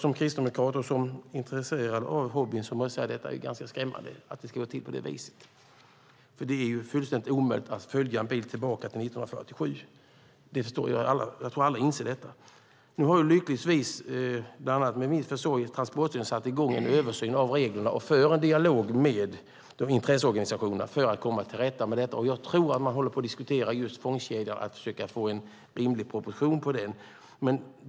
Som kristdemokrat och som intresserad av denna hobby måste jag säga att det är ganska skrämmande att det ska gå till på det viset. Det är ju fullständigt omöjligt att följa en bil tillbaka till 1947. Jag tror att alla inser detta. Bland annat genom min försorg har Transportstyrelsen lyckligtvis satt i gång en översyn av reglerna och för en dialog med intresseorganisationerna för att komma till rätta med detta. Jag tror att man håller på att diskutera just fångstkedjor och att försöka få rimliga proportioner.